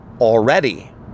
already